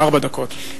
ארבע דקות.